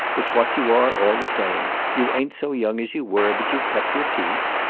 it's what you are, all the same. you ain't so young as you were, but you've kept your teeth.